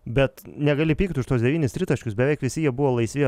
bet negali pykti už tuos devynis tritaškius beveik visi jie buvo laisvi